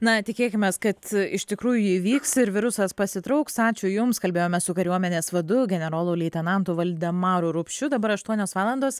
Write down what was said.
na tikėkimės kad iš tikrųjų įvyks ir virusas pasitrauks ačiū jums kalbėjome su kariuomenės vadu generolu leitenantu valdemaru rupšiu dabar aštuonios valandos